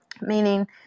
Meaning